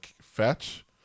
fetch